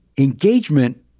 Engagement